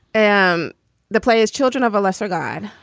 and the play is children of a lesser god.